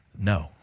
no